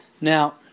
Now